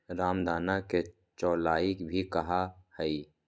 रामदाना के चौलाई भी कहा हई